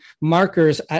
markers